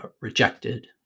rejected